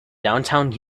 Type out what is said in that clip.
downtown